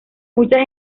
mucha